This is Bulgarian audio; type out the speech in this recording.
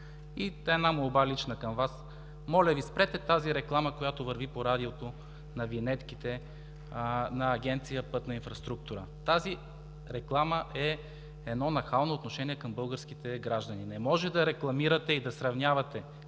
Тази реклама е едно нахално отношение към българските граждани. Не може да рекламирате и да сравнявате